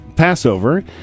Passover